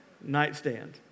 nightstand